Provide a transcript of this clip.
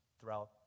throughout